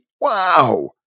wow